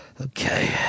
Okay